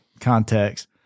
context